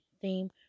theme